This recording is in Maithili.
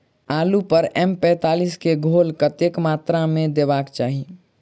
आलु पर एम पैंतालीस केँ घोल कतेक मात्रा मे देबाक चाहि?